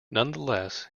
nonetheless